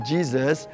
Jesus